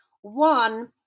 one